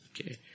okay